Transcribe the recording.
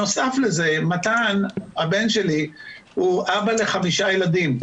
נוסף לזה הבן שלי הוא אבא לחמישה ילדים.